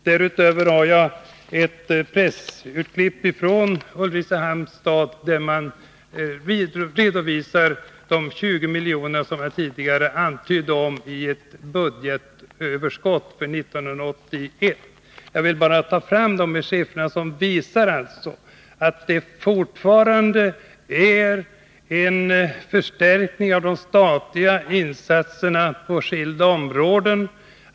Därutöver har jag här pressklipp som gäller Ulricehamn, där man redovisar de 20 milj.kr. i budgetöverskott för 1981 som jag tidigare talade om. Jag ville ta fram dessa siffror för att visa att det fortfarande är fråga om en förstärkning av de statliga insatserna på skilda områden.